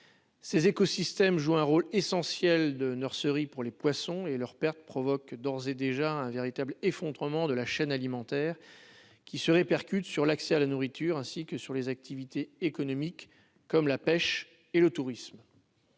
ces écosystèmes joue un rôle essentiel de nurserie pour les poissons et leurs pertes provoque d'ores et déjà un véritable effondrement de la chaîne alimentaire qui se répercute sur l'accès à la nourriture ainsi que sur les activités économiques comme la pêche et le tourisme